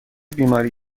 بیماری